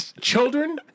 children